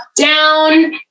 down